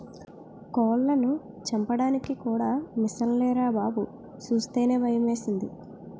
కోళ్లను చంపడానికి కూడా మిసన్లేరా బాబూ సూస్తేనే భయమేసింది